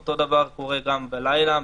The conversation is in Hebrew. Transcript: אותו דבר קורה גם בלילה,